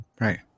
Right